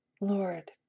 Lord